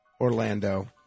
Orlando